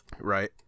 Right